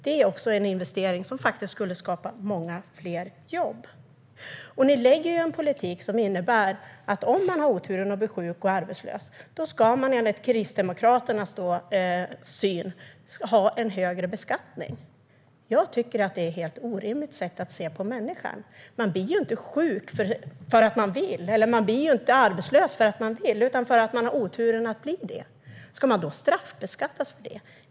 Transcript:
Det är en investering som skulle skapa många fler jobb. Ni lägger fram en politik som innebär att om man har oturen att bli sjuk och arbetslös ska man enligt Kristdemokraternas syn ha en högre beskattning. Jag tycker att det är ett orimligt sätt att se på människan. Man blir inte sjuk för att man vill, och man blir inte arbetslös för att man vill utan för att man har oturen att bli det. Ska man då straffbeskattas för detta?